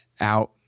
out